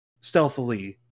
stealthily